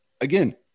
again